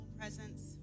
Presence